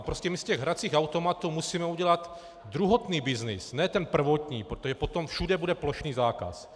Prostě my z těch hracích automatů musíme udělat druhotný byznys, ne ten prvotní, protože potom všude bude plošný zákaz.